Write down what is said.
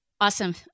Awesome